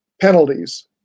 penalties